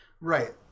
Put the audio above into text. Right